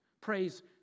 Praise